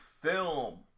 film